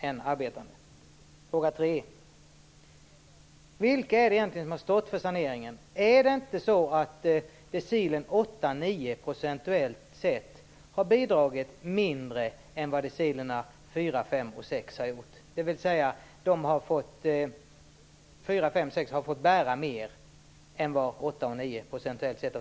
För det tredje: Vilka är det, egentligen, som har stått för saneringen? Har inte decilerna åtta och nio procentuellt sett bidragit mindre än vad decilerna fyra, fem och sex har gjort? Har inte decilerna fyra, fem och sex fått bära mer än decilerna åtta och nio procentuellt sett?